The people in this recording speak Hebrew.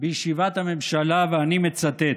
בישיבת הממשלה, ואני מצטט: